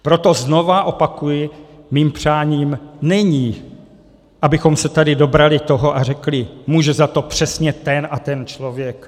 Proto, znovu opakuji, mým přáním není, abychom se dobrali toho a řekli může za to přesně ten a ten člověk.